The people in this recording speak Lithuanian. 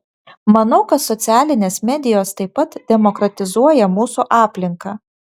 manau kad socialinės medijos taip pat demokratizuoja mūsų aplinką